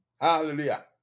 Hallelujah